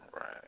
right